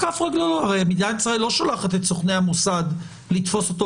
הרי מדינת ישראל לא שולחת את סוכני המוסד לתפוס אותו